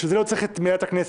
בשביל זה לא צריך את מליאת הכנסת.